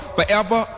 Forever